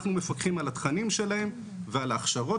אנחנו מפקחים על התכנים שלהם ועל ההכשרות